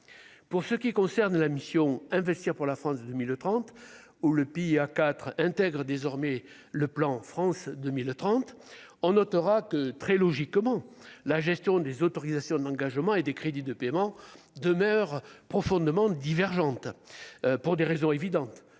pour ce qui concerne la mission investir pour la France 2030 oh le pays à quatre intègre désormais le plan France 2030, on notera que, très logiquement, la gestion des autorisations d'engagement et des crédits de paiement demeure profondément divergentes, pour des raisons évidentes